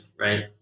right